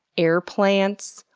air plants,